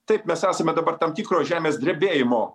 taip mes esame dabar tam tikro žemės drebėjimo